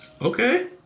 Okay